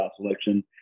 selection